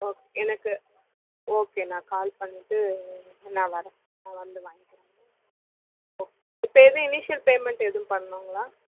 okay எனக்கு okay நான் call பண்ணிவிட்டு நான் வரேன் நான் வந்து வாங்கிக்கிறேங்க ஓகே இப்போ எதுவும் இனிஷியல் பேமெண்ட் எதுவும் பண்ணணுங்களா